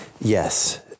Yes